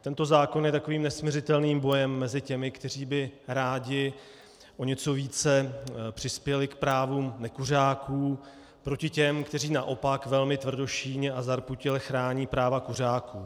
Tento zákon je takovým nesmiřitelným bojem mezi těmi, kteří by rádi o něco více přispěli k právu nekuřáků, proti těm, kteří naopak velmi tvrdošíjně a zarputile chrání práva kuřáků.